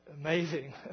Amazing